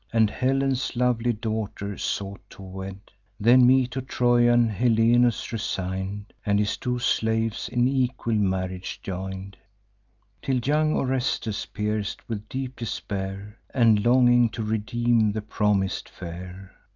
and helen's lovely daughter sought to wed then me to trojan helenus resign'd, and his two slaves in equal marriage join'd till young orestes, pierc'd with deep despair, and longing to redeem the promis'd fair,